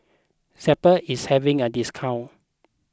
Zappy is having a discount